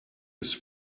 his